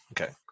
Okay